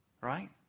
Right